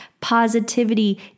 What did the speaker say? Positivity